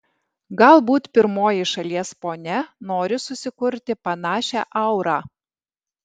galbūt pirmoji šalies ponia nori susikurti panašią aurą